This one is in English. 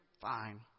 fine